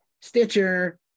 Stitcher